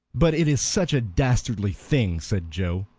but it is such a dastardly thing! said joe.